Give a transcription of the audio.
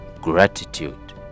gratitude